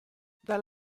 dal